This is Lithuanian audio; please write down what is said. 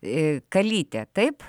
kalytė taip